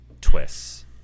twists